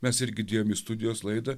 mes irgi dėjom į studijos laidą